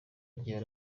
ry’iyo